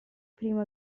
primo